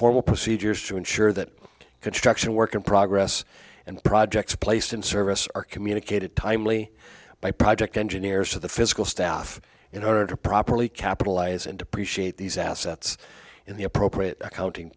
formal procedures to ensure that construction work in progress and projects placed in service are communicated timely by project engineers to the physical staff in order to properly capitalize and depreciate these assets in the appropriate accounting